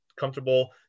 comfortable